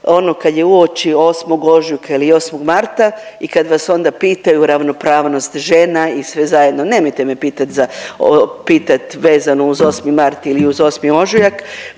ono kad je uoči 8. ožujka ili 8. marta i kad vas onda pitaju ravnopravnost žena i sve zajedno. Nemojte me pitati vezano uz 8. mart ili uz 8. ožujak,